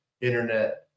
internet